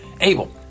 Abel